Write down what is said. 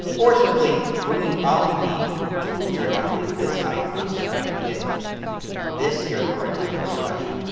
or simply bring up the tools here by hitting this icon and then i can hit this here for rectangular selection,